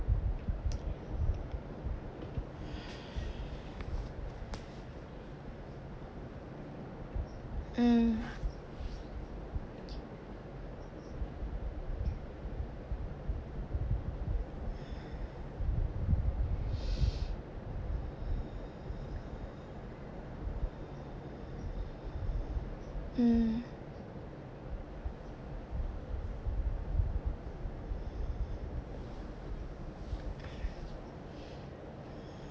mm mm